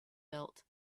built